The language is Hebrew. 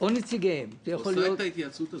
הוא עשה את ההתייעצות הזאת.